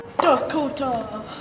Dakota